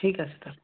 ঠিক আছে তাহলে